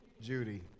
Judy